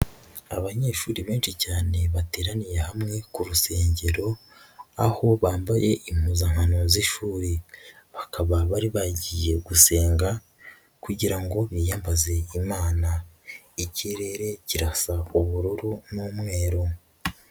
Abanyeshuri benshi cyane bateraniye hamwe ku rusengero, aho bambaye impuzankano z'ishuri, bakaba bari bagiye gusenga kugira ngo biyambaze Imana, ikirere kirasa ubururu n'umweru.